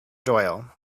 doyle